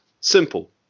Simple